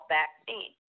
vaccine